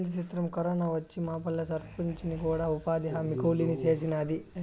ఏంది సిత్రం, కరోనా వచ్చి మాపల్లె సర్పంచిని కూడా ఉపాధిహామీ కూలీని సేసినాది